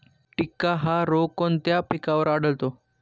टिक्का हा रोग कोणत्या पिकावर आढळतो?